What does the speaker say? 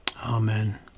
Amen